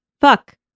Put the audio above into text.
Fuck